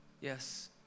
Yes